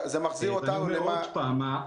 עוד פעם,